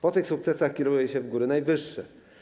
Po tych sukcesach kieruje się w góry najwyższe.